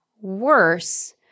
worse